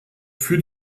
für